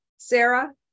Sarah